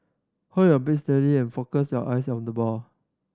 hold your beat steady and focus your eyes on the ball